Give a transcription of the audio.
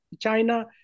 China